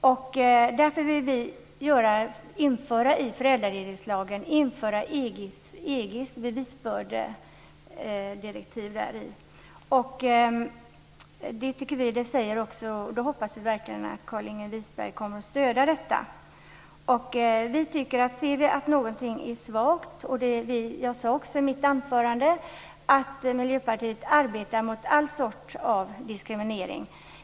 Därför vill vi införa EG:s bevisbördedirektiv i föräldraledighetslagen. Det hoppas vi verkligen att Carlinge Wisberg kommer att stödja. Jag sade i mitt anförande att Miljöpartiet arbetar mot all sorts diskriminering.